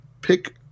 pick